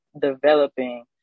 developing